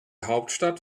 hauptstadt